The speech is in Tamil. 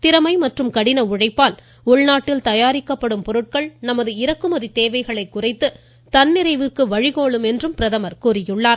திறமை மற்றும் கடின உழைப்பால் உள்நாட்டில் தயாரிக்கப்படும் பொருட்கள் நமது இறக்குமதி தேவைகளை குறைத்து தன்னிறைவிற்கு வழிகோலும் என்றும் அவர் கூறினார்